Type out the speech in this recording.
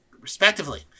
respectively